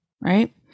right